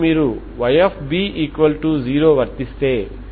ఇవన్నీ రియల్ విలువ కలిగిన ఫంక్షన్స్ మరియు నాకు బార్ అనేది ముఖ్యం కాదు